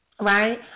right